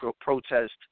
protest